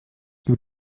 you